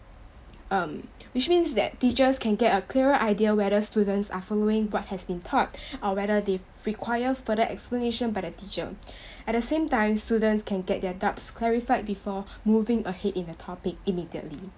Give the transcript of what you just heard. um which means that teachers can get a clearer idea whether students are following what has been taught or whether they require further explanation by the teacher at the same time students can get their doubts clarified before moving ahead in the topic immediately